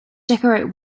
decorate